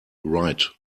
right